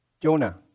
Jonah